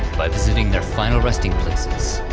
by visiting their final resting places.